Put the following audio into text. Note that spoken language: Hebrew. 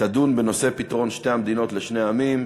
תדון בנושא: פתרון שתי מדינות לשני עמים.